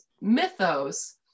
mythos